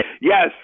Yes